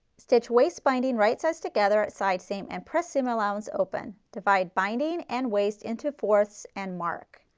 stitch waist binding, right sides together at side seam and press seam allowance open. divide binding and waist into fours and mark.